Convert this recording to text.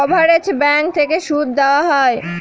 coverage bank থেকে সুদ দেওয়া হয়